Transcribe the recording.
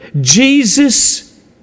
Jesus